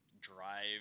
drive